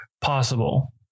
possible